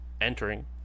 entering